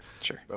Sure